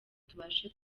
tubashe